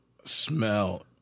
smell